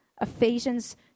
Ephesians